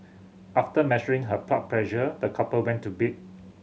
after measuring her pressure the couple went to bed